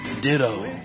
Ditto